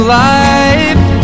life